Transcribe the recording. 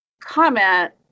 comment